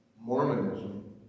Mormonism